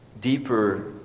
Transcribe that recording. deeper